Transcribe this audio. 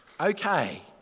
okay